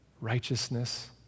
Righteousness